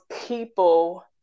people